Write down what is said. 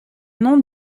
nom